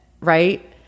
right